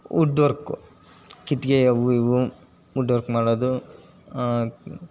wood work ಕಿಟ್ಕಿ ಅವೂ ಇವೂ ವುಡ್ ವರ್ಕ್ ಮಾಡೋದು